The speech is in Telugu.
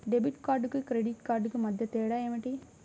డెబిట్ కార్డుకు క్రెడిట్ కార్డుకు మధ్య తేడా ఏమిటీ?